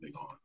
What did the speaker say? on